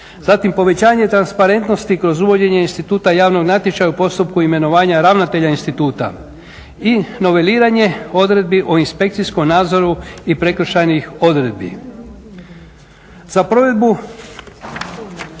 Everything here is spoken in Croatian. Zatim, povećanje transparentnosti kroz uvođenje instituta javnog natječaja u postupku imenovanja ravnatelja instituta. I niveliranje odredbi o inspekcijskom nadzoru i prekršajnih odredbi. Za provedbu